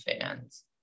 fans